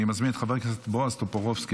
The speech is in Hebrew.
אני מזמין את חבר הכנסת בועז טופורובסקי,